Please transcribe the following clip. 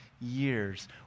years